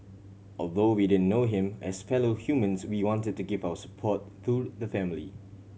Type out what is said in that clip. although we didn't know him as fellow humans we wanted to give our support to the family